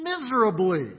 miserably